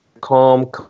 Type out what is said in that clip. calm